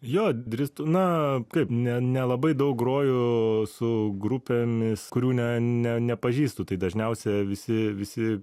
jo drįstu na kaip ne nelabai daug groju su grupėmis kurių ne ne nepažįstu tai dažniausia visi visi